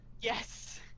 Yes